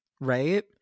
Right